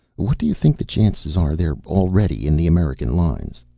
what do you think the chances are they're already in the american lines?